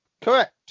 Correct